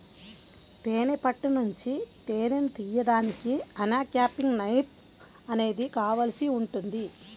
తేనె పట్టు నుంచి తేనెను తీయడానికి అన్క్యాపింగ్ నైఫ్ అనేది కావాల్సి ఉంటుంది